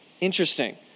Interesting